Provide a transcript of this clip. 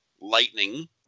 Lightning